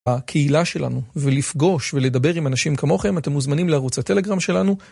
הקהילה שלנו ולפגוש ולדבר עם אנשים כמוכם, אתם מוזמנים לערוץ הטלגרם שלנו.